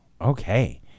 Okay